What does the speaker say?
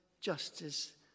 justice